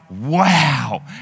wow